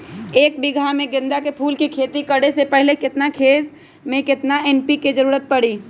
एक बीघा में गेंदा फूल के खेती करे से पहले केतना खेत में केतना एन.पी.के के जरूरत परी?